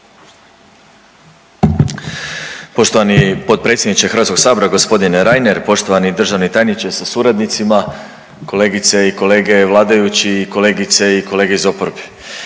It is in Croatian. Poštovani potpredsjedniče Hrvatskog sabora gospodine Reiner, poštovani državni tajniče sa suradnicima, kolegice i kolege vladajući i kolegice i kolege iz oporbe,